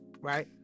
right